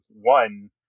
one